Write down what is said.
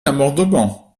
amendement